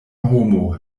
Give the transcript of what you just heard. homo